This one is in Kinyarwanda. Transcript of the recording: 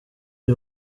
iyi